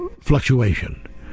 fluctuation